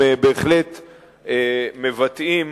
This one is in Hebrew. הם בהחלט מבטאים,